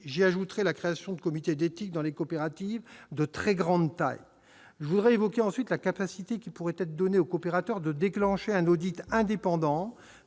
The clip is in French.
J'y ajouterai la création de comités d'éthique dans les coopératives de très grande taille. Je voudrais évoquer, ensuite, la capacité qui pourrait être donnée aux coopérateurs de déclencher un audit indépendant